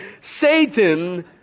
Satan